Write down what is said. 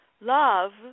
Love